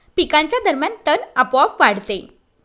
पिकांच्या दरम्यान तण आपोआप वाढते